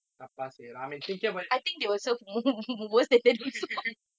தப்பா செய்றோம்:thappaa seyroam I mean thinking about it